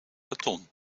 beton